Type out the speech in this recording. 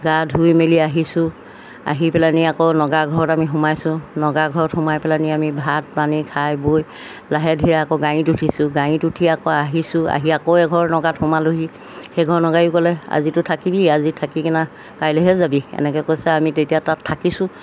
গা ধুই মেলি আহিছোঁ আহি পেলাইনি আকৌ নগাৰ ঘৰত আমি সোমাইছোঁ নগাৰ ঘৰত সোমাই পেলাইনি আমি ভাত পানী খাই বৈ লাহে ধীৰে আকৌ গাড়ীত উঠিছোঁ গাড়ীত উঠি আকৌ আহিছোঁ আহি আকৌ এঘৰ নগাত সোমালোহি সেইঘৰ নগাইও ক'লে আজিতো থাকিবি আজি থাকি কিনা কাইলেহে যাবি এনেকে কৈছে আমি তেতিয়া তাত থাকিছোঁ